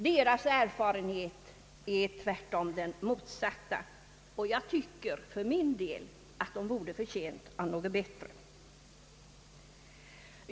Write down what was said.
Dess erfarenhet är tvärtom den motsatta, och jag tycker för min del att den vore förtjänt av någonting bättre.